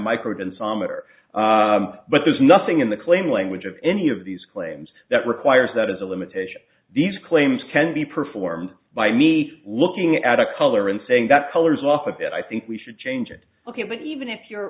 ometer but there's nothing in the claim language of any of these claims that requires that as a limitation these claims can be performed by me looking at a color and saying that colors off a bit i think we should change it ok but even if you're